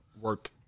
work